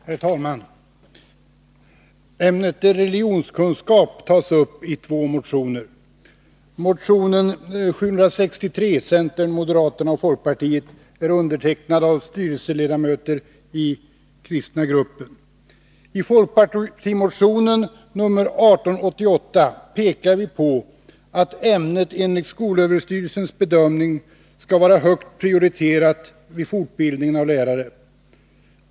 Herr talman! Ämnet religionskunskap tas upp i två motioner. Motion 763 från centern, moderaterna och folkpartiet är undertecknad av styrelseledamöter i den kristna gruppen. I folkpartimotionen 1888 pekar vi på att ämnet enligt skolöverstyrelsens bedömning skall vara högt prioriterat vid fortbildningen av lärare.